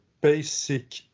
basic